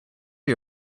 you